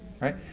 right